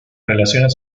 relaciones